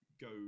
go